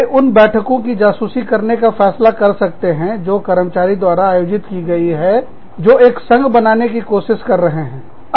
वे उन बैठकों की जासूसी करने का फैसला कर सकते हैं जो कर्मचारियों द्वारा आयोजित की गई हैं जो एक संघ बनाने की कोशिश कर रहे हैं